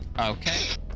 Okay